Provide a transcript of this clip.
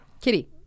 Kitty